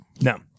No